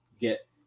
get